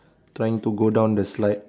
trying to go down the slide